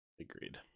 Agreed